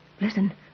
Listen